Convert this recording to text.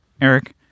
Eric